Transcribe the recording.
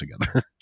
together